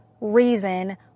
reason